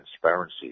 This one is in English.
transparency